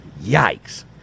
Yikes